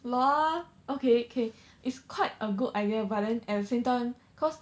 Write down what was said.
lol okay K it's quite a good idea but then at the same time cause